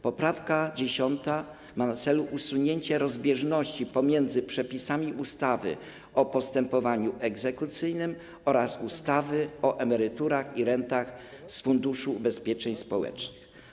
Poprawka 10. ma na celu usunięcie rozbieżności między przepisami ustawy o postępowaniu egzekucyjnym a przepisami ustawy o emeryturach i rentach z Funduszu Ubezpieczeń Społecznych.